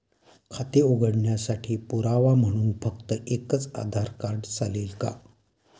खाते उघडण्यासाठी पुरावा म्हणून फक्त एकच आधार कार्ड चालेल का?